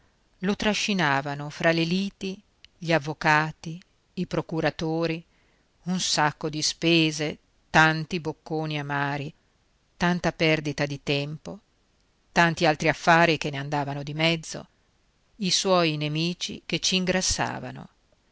roba lo trascinavano fra le liti gli avvocati i procuratori un sacco di spese tanti bocconi amari tanta perdita di tempo tanti altri affari che ne andavano di mezzo i suoi nemici che c'ingrassavano nei caffè e